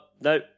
no